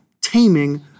taming